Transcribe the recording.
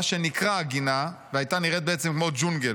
מה שנקרא "הגינה" והייתה נראית בעצם כמו ג'ונגל.